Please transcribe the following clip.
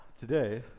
today